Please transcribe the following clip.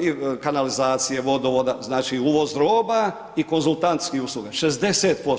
i kanalizacije i vodovoda, znači uvoz roba i konzultantskih usluga, 60%